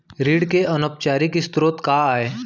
ऋण के अनौपचारिक स्रोत का आय?